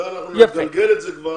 ונגלגל את זה.